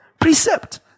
precept